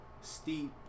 steep